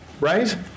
right